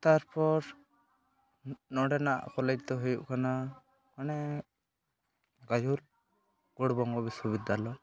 ᱛᱟᱨᱯᱚᱨ ᱱᱚᱰᱮᱱᱟᱜ ᱠᱚᱞᱮᱡᱽᱫᱚ ᱦᱩᱭᱩᱜ ᱠᱟᱱᱟ ᱢᱟᱱᱮ ᱜᱟᱡᱚᱞ ᱜᱳᱣᱲᱵᱚᱝᱜᱚ ᱵᱤᱥᱥᱚᱵᱤᱫᱽᱫᱟᱞᱚᱭ